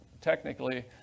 technically